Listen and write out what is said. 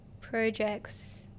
projects